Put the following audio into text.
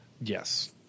Yes